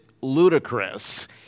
ludicrous